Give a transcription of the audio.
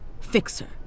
Fixer